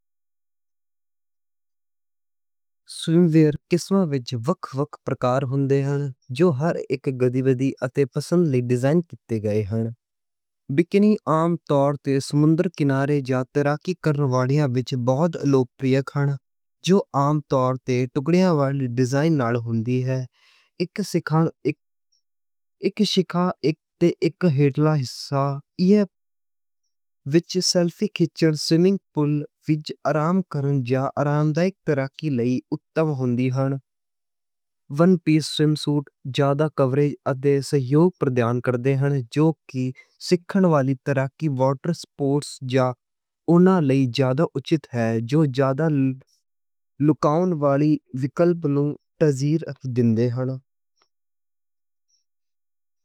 سوئم وئیر دیاں وکھ وکھ پرکار ہوندے نیں۔ جو ہر اک گتیوِدھی اتے پسند لئی ڈیزائن کیتے گئے ہن۔ بکینی عام طور تے سمندر کنارے یاترا کرن والیاں وِچ بہت لوکپریہ ہن۔ جو عام طور تے دو ٹکڑیاں والے ڈیزائن نال ہوندی اے۔ اک ہیٹھلا حصہ ایہ وِچ سیلفیاں کھچّن، سوئمنگ پول وِچ آرام کرن جاں آرام دی تراکی لئی اُتم ہوندی اے۔ ون پیس سوئم سوٹ زیادہ کوریج اتے سپورٹ دِندا اے، جو کہ سُکھدائی والی تراکی، وارٹر سپورٹس جاں اوہناں لئی۔ جو زیادہ کوریج والے وِکلپ لئی ترجیح دیندے نیں۔